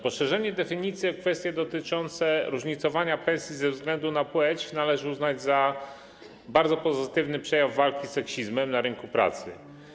Poszerzenie definicji o kwestie dotyczące różnicowania pensji ze względu na płeć należy uznać za bardzo pozytywny przejaw walki z seksizmem na rynku pracy.